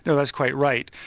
and that's quite right.